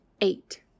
Eight